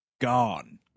gone